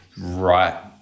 right